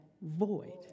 void